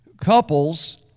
couples